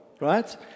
Right